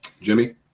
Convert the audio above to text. Jimmy